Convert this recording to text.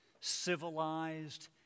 civilized